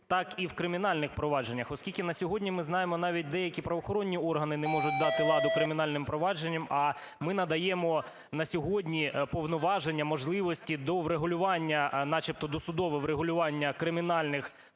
так і в кримінальних провадженнях. Оскільки на сьогодні, ми знаємо, навіть деякі правоохоронні органи не можуть дати ладу кримінальним провадженням, а ми надаємо на сьогодні повноваження, можливості до врегулювання, начебто досудове врегулювання кримінальних в тому